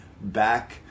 back